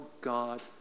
God